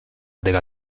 della